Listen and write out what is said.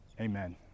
amen